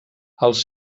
els